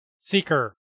Seeker